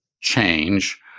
change